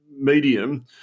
medium